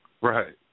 right